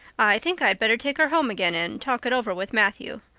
i think i'd better take her home again and talk it over with matthew.